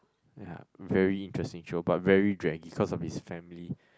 ya very interesting show but very draggy cause of his family